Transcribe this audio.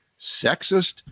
sexist